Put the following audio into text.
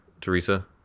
Teresa